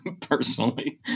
personally